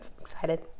excited